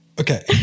Okay